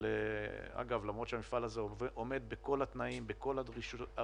אגב, למרות שהמפעל הזה עומד בכל התנאים והדרישות.